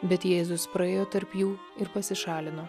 bet jėzus praėjo tarp jų ir pasišalino